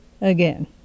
again